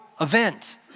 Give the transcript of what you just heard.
event